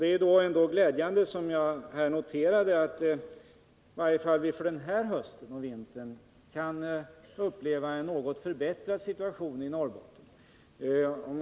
Det är glädjande att vi i varje fall för den här hösten och vintern kan notera en något förbättrad situation i Norrbotten.